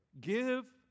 give